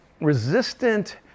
resistant